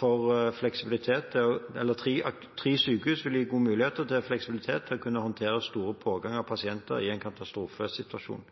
for fleksibilitet til å kunne håndtere stor pågang av pasienter i en katastrofesituasjon.